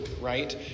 right